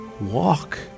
walk